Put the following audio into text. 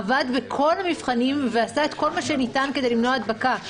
עמד בכל המבחנים ועשה את כל מה שניתן כדי למנוע הדבקה,